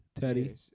Teddy